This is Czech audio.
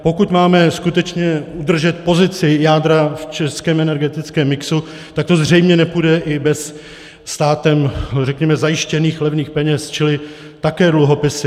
Pokud máme skutečně udržet pozici jádra v českém energetickém mixu, tak to zřejmě nepůjde i bez státem zajištěných levných peněz, čili také dluhopisy.